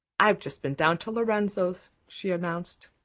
i've just been down to lorenzo's, she announced.